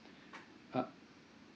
uh